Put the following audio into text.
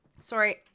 Sorry